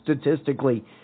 statistically